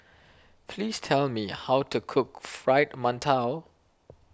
please tell me how to cook Fried Mantou